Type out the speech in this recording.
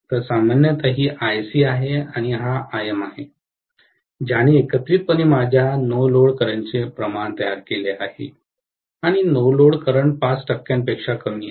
तर सामान्यत ही IC आहे आणि हा Im आहे ज्याने एकत्रितपणे माझ्या नो लोड करंटचे प्रमाण तयार केले आहे आणि नो लोड करंट 5 टक्क्यांपेक्षा कमी आहे